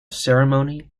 ceremony